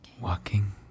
walking